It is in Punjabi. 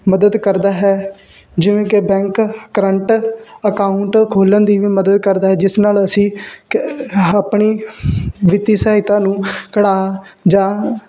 ਮਦਦ ਕਰਦਾ ਹੈ ਜਿਵੇਂ ਕਿ ਬੈਂਕ ਕਰੰਟ ਅਕਾਊਂਟ ਖੋਲ੍ਹਣ ਦੀ ਵੀ ਮਦਦ ਕਰਦਾ ਹੈ ਜਿਸ ਨਾਲ ਅਸੀਂ ਆਪਣੀ ਵਿੱਤੀ ਸਹਾਇਤਾ ਨੂੰ ਕਢਵਾ ਜਾਂ